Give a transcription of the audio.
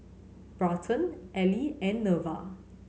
Barton Ely and Neva